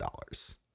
dollars